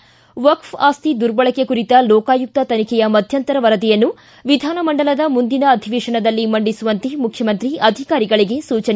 ಿ ವಕ್ಸ್ ಆಸ್ತಿ ದುರ್ಬಳಕೆ ಕುರಿತಂತೆ ಲೋಕಾಯುಕ್ತ ತನಿಖೆಯ ಮಧ್ಯಂತರ ವರದಿಯನ್ನು ವಿಧಾನಮಂಡಲದ ಮುಂದಿನ ಅಧಿವೇತನದಲ್ಲಿ ಮಂಡಿಸುವಂತೆ ಮುಖ್ಯಮಂತ್ರಿ ಅಧಿಕಾರಿಗಳಗೆ ಸೂಚನೆ